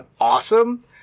awesome